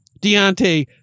Deontay